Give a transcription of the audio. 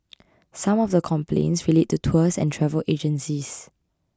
some of the complaints relate to tours and travel agencies